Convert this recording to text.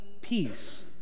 peace